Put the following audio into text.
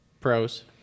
pros